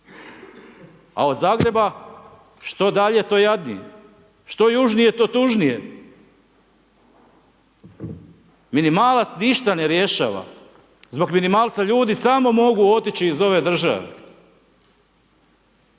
A od Zagreba što dalje to jadnije. Što južnije to tužnije. Minimalac ništa ne rješava. Zbog minimalca ljudi samo mogu otići iz ove države.